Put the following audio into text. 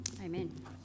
Amen